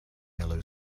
yellow